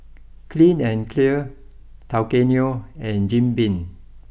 Clean and Clear Tao Kae Noi and Jim Beam